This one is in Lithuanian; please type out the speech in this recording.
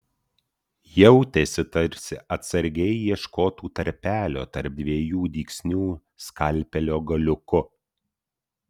jautėsi tarsi atsargiai ieškotų tarpelio tarp dviejų dygsnių skalpelio galiuku